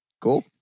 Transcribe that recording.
Cool